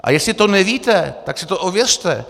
A jestli to nevíte, tak si to ověřte.